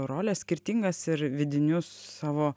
roles skirtingas ir vidinius savo